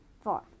four